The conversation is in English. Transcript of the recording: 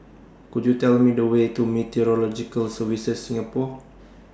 Could YOU Tell Me The Way to Meteorological Services Singapore